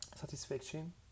satisfaction